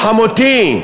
חמותי,